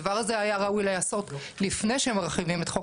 הדבר הזה היה ראוי להיעשות לפני שמרחיבים את חוק